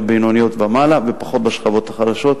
בינוניות ומעלה ופחות בשכבות החלשות.